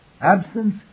Absence